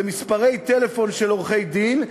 זה מספרי טלפון של עורכי-דין,